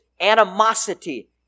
animosity